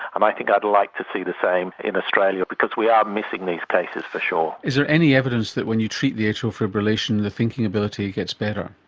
um i think i'd like to see the same in australia because we are missing these cases, for sure. is there any evidence that when you treat the atrial fibrillation the thinking ability gets better?